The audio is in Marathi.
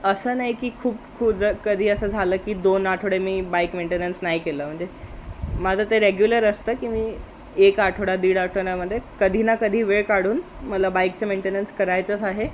असं नाही की खूप खु ज कधी असं झालं की दोन आठवडे मी बाईक मेंटेनन्स नाही केलं म्हणजे माझं ते रेग्युलर असतं की मी एक आठवडा दीड आठवड्यामध्ये कधी ना कधी वेळ काढून मला बाईकचं मेंटेनन्स करायचंच आहे